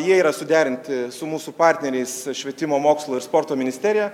jie yra suderinti su mūsų partneriais švietimo mokslo ir sporto ministerija